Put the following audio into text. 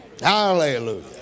Hallelujah